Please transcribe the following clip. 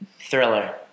thriller